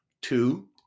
Two